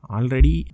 Already